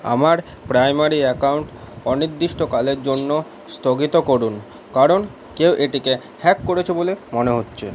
আমার primary account অনির্দিষ্টকালের জন্য স্থগিত করুন কারণ কেউ এটিকে হ্যাক করেছে বলে মনে হচ্ছে